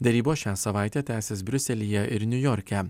derybos šią savaitę tęsis briuselyje ir niujorke